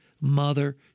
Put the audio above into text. Mother